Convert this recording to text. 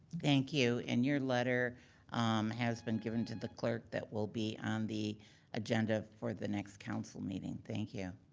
thank you, and your letter has been given to the clerk that will be on the agenda for the next council meeting, thank you.